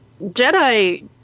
Jedi